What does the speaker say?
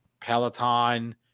Peloton